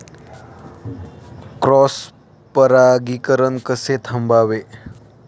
Cross परागीकरण कसे थांबवावे?